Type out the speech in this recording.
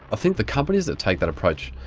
i think the companies that take that approach